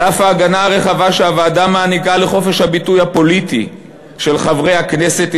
על אף ההגנה הרחבה שהוועדה מעניקה לחופש הביטוי הפוליטי של חברי הכנסת,